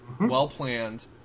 well-planned